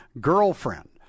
girlfriend